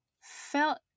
felt